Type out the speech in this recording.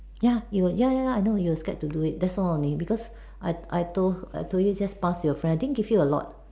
ya it was ya ya ya you were scared to do it that's all only because I I told I told you to just pass to your friends I didn't give you a lot